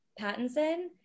Pattinson